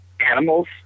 animals